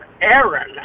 Aaron